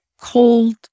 cold